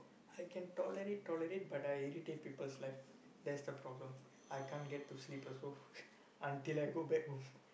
I can tolerate tolerate but I irritate people's life that's the problem I can't get to sleep also until I go back home